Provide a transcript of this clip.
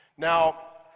Now